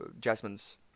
Jasmine's